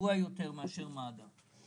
גרוע יותר מאשר מד"א,